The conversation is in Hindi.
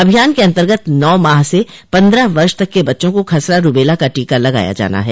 अभियान के अन्तर्गत नौ माह से पन्द्रह वर्ष तक के बच्चों को खसरा रूबेला का टीका लगाया जाना है